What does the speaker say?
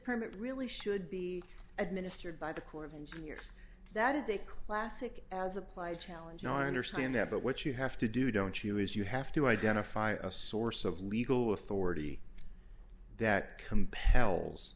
permit really should be administered by the corps of engineers that is a classic as applied challenge on understand that but what you have to do don't you is you have to identify a source of legal authority that com